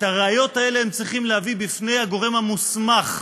את הראיות האלה הם צריכים להביא בפני הגורם המוסמך,